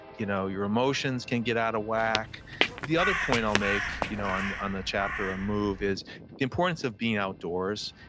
you know your emotions can get out of whack the other point i'll make you know on on the chapter on move is the importance of being outdoors,